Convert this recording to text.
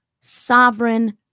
sovereign